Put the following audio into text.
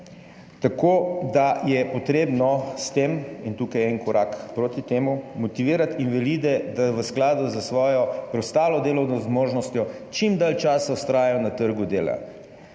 tako da je treba s tem, in tukaj je en korak proti temu, motivirati invalide, da v skladu s svojo preostalo delovno zmožnostjo čim dalj časa vztrajajo na trgu dela.